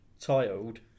titled